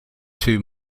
too